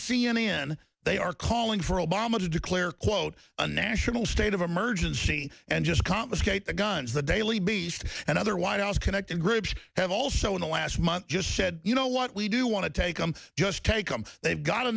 n they are calling for obama to declare quote a national state of emergency and just confiscate the guns the daily beast and other white house connected groups have also in the last month just said you know what we do want to take them just take them they've got